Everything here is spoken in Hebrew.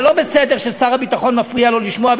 זה לא בסדר ששר הביטחון מפריע לו לשמוע,